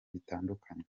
bitandukanye